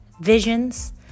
visions